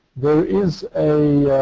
there is a